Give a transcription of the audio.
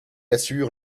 assure